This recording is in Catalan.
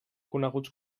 coneguts